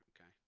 okay